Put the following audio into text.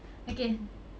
okay